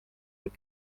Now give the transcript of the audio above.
kuid